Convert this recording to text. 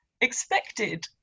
expected